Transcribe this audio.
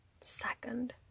second